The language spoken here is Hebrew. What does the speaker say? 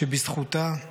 שבזכותה /